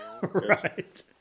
Right